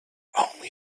only